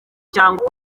cyangwa